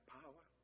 power